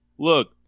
Look